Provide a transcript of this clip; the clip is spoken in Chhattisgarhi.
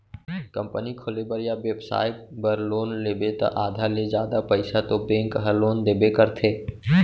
कंपनी खोले बर या बेपसाय बर लोन लेबे त आधा ले जादा पइसा तो बेंक ह लोन देबे करथे